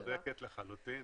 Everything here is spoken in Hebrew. את צודקת לחלוטין.